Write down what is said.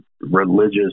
religious